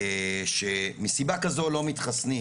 מה כן צריך לעשות?